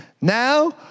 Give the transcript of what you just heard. now